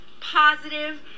positive